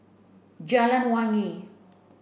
Jalan Wangi